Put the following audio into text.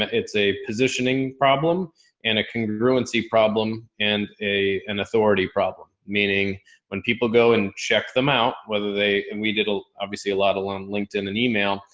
it's a positioning problem and a congruent c problem and a, an authority problem. meaning when people go and check them out, whether they, and we did obviously a lot of loan linkedin and email,